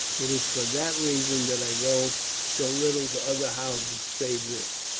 it is for that reason that i go so little to other houses save this.